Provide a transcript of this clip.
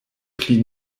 pli